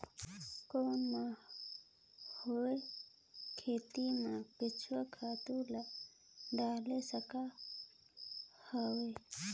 कौन मैं हवे खेती मा केचुआ खातु ला डाल सकत हवो?